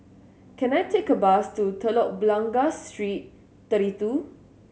can I take a bus to Telok Blangah Street Thirty Two